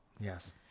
Yes